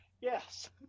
Yes